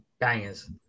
bangers